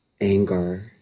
anger